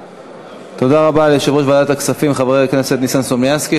תודה רבה ליושב-ראש ועדת הכספים חבר הכנסת ניסן סלומינסקי.